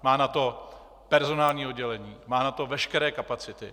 Má na to personální oddělení, má na to veškeré kapacity.